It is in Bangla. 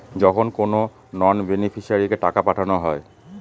যখন কোনো নন বেনিফিশিয়ারিকে টাকা পাঠানো হয়